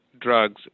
drugs